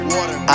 Water